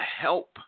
help